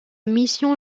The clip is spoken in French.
mission